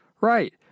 Right